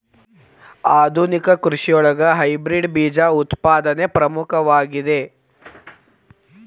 ಆಧುನಿಕ ಕೃಷಿಯೊಳಗ ಹೈಬ್ರಿಡ್ ಬೇಜ ಉತ್ಪಾದನೆ ಪ್ರಮುಖವಾಗಿದೆ